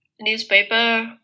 newspaper